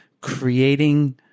creating